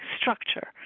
structure